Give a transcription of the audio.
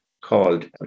called